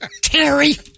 Terry